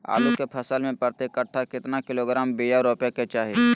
आलू के फसल में प्रति कट्ठा कितना किलोग्राम बिया रोपे के चाहि?